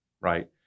right